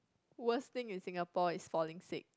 worst thing in Singapore is falling sick